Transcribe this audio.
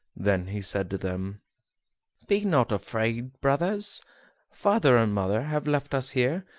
then he said to them be not afraid, brothers father and mother have left us here,